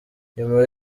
nyuma